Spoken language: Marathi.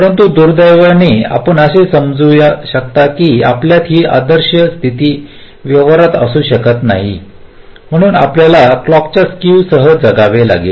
परंतु दुर्दैवाने आपण समजू शकता की आपल्यात ही आदर्श स्थिती व्यवहारात असू शकत नाही म्हणून आपल्याला क्लॉकच्या स्केवसह जगावे लागेल